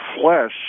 flesh